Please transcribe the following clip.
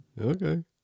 Okay